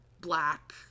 black